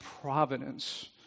providence